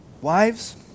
Wives